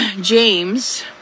James